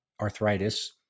arthritis